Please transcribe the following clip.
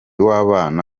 w’abana